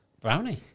Brownie